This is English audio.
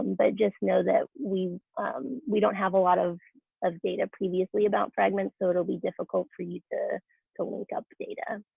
but just know that we we don't have a lot of of data previously about fragments so it'll be difficult for you to to link up data.